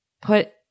put